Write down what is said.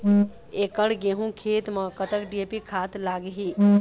एकड़ गेहूं खेत म कतक डी.ए.पी खाद लाग ही?